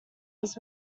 his